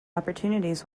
opportunities